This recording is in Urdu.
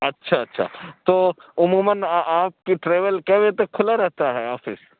اچھا اچھا تو عموماً آ آپ کی ٹریول کے بجے تک کُھلا رہتا ہے آفس